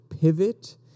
pivot